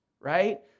right